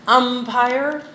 umpire